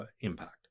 impact